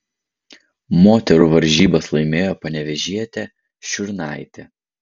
moterų varžybas laimėjo panevėžietė šiurnaitė